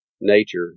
nature